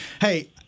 Hey